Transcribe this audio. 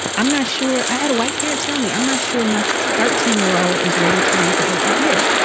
i'm not sure i had a white parent tell me, i'm not sure my thirteen year old is ready to read the hate u give.